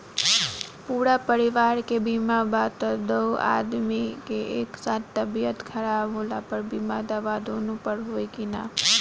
पूरा परिवार के बीमा बा त दु आदमी के एक साथ तबीयत खराब होला पर बीमा दावा दोनों पर होई की न?